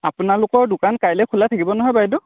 আপোনালোকৰ দোকান কাইলৈ খোলা থাকিব নহয় বাইদেউ